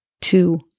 two